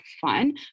fun